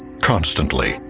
constantly